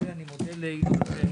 אני מודה לינון.